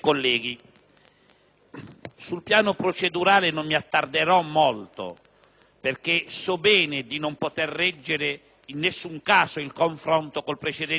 sul piano procedurale non mi attarderò molto, perché so bene di non poter reggere in nessun caso il confronto con il precedente Governo Prodi: